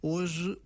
Hoje